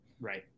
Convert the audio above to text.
Right